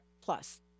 plus